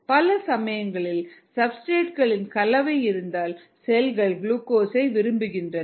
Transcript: பல சமயங்களில் சப்ஸ்டிரேட்களின் கலவை இருந்தால் செல்கள் குளுக்கோஸை விரும்புகின்றன